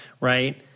right